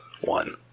one